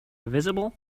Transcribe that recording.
visible